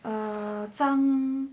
err 张